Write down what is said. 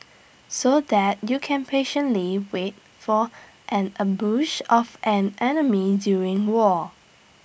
so that you can patiently wait for an ambush of an enemy during war